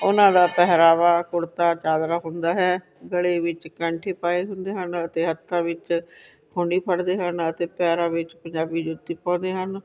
ਉਹਨਾਂ ਦਾ ਪਹਿਰਾਵਾ ਕੁੜਤਾ ਚਾਦਰਾ ਹੁੰਦਾ ਹੈ ਗਲੇ ਵਿੱਚ ਕੈਂਠੇ ਪਾਏ ਹੁੰਦੇ ਹਨ ਅਤੇ ਹੱਥਾਂ ਵਿੱਚ ਖੁੰਡੀ ਫੜਦੇ ਹਨ ਅਤੇ ਪੈਰਾਂ ਵਿੱਚ ਪੰਜਾਬੀ ਜੁੱਤੀ ਪਾਉਂਦੇ ਹਨ